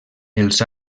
els